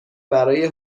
برای